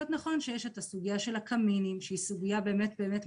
נכון שיש את הסוגייה של הקמינים שהיא סוגייה מורכבת,